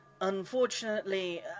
Unfortunately